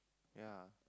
ya